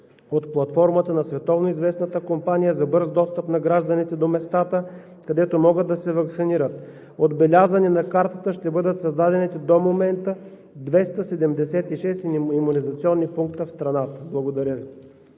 от платформата на световноизвестната компания за бърз достъп на гражданите до местата, където могат да се ваксинират. Отбелязани на картата ще бъдат създадените до момента 276 имунизационни пункта в страната. Благодаря Ви.